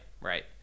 right